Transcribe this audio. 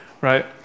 right